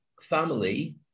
family